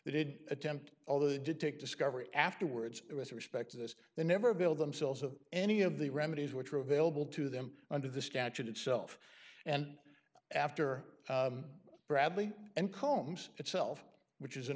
they did attempt although they did take discovery afterwards with respect to this the never bill themselves of any of the remedies which are available to them under the statute itself and after bradley and colmes itself which is an